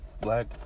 Black